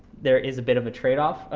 there is a bit of a tradeoff.